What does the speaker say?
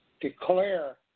declare